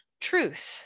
truth